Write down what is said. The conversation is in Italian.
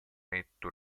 netto